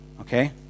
Okay